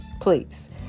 please